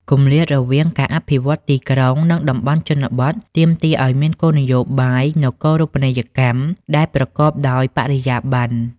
គម្លាតរវាងការអភិវឌ្ឍទីក្រុង និងតំបន់ជនបទ ទាមទារឱ្យមានគោលនយោបាយនគរូបនីយកម្មដែលប្រកបដោយបរិយាបន្ន។